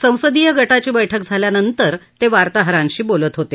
संसदीय गटाची बैठक झाल्यानंतर ते वार्तांहरांशी बोलत होते